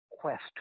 quest